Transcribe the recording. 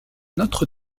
notre